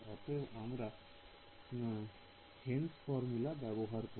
অতএব আমরা Heron formula Heron's formulaব্যবহার করব